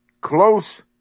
close